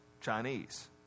Chinese